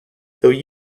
though